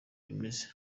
bimeze